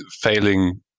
failing